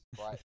right